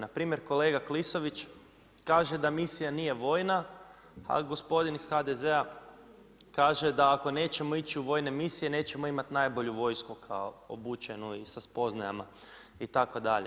Na primjer kolega Klisović kaže da misija nije vojna, a gospodin iz HDZ-a kaže da ako nećemo ići u vojne misije nećemo imati najbolju vojsku kao obučenu i sa spoznajama itd.